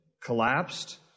collapsed